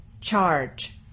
Charge